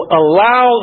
allow